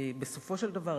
בסופו של דבר,